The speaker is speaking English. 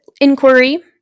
inquiry